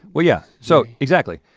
well yeah, so exactly.